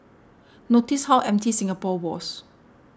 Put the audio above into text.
notice how empty Singapore was